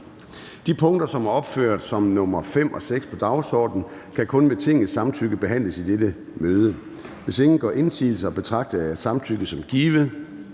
De punkter, som er opført under punkt 5 og 6 på dagsordenen, kan kun med Tingets samtykke behandles i i dette møde. Hvis ingen gør indsigelse, betragter jeg samtykket som givet.